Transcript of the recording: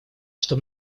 что